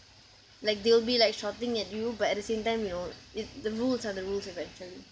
like they'll be like shouting at you but at the same time you know it the rules are the rules eventually